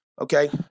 Okay